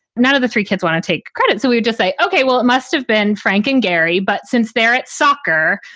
none of the three kids want to take credit. so we'll just say, ok, well, it must have been frank and gary, but since they're at soccer,